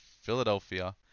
Philadelphia